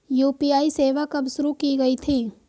UPI सेवा कब शुरू की गई थी?